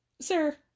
Sir